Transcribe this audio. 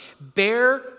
Bear